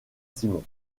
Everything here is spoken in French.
simon